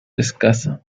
escasa